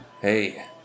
Hey